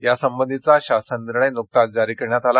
यासंबंधीचा शासन निर्णय नुकताच जारी करण्यात आला